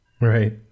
Right